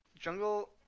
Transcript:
jungle